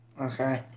Okay